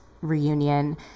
reunion